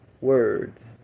words